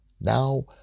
now